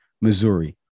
Missouri